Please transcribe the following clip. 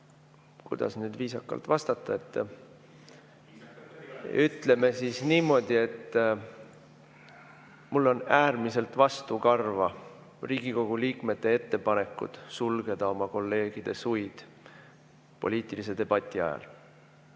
Kuidas nüüd viisakalt vastata? (Hääl saalist.) Ütleme siis niimoodi, et mulle on äärmiselt vastukarva Riigikogu liikmete ettepanekud sulgeda oma kolleegide suid poliitilise debati ajal.